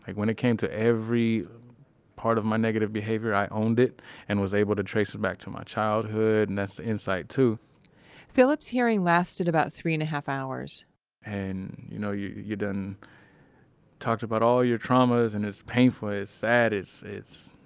like when it came to every part of my negative behavior, i owned it and was able to trace it back to my childhood. and that's the insight too phillip's hearing lasted about three and a half hours and, you know, you're done talked about all your traumas and it's painful. it's sad. it's, it's,